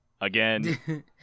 Again